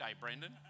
Brendan